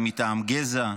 אם מטעם גזע,